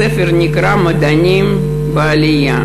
הספר נקרא "מדענים בעלייה